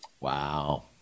Wow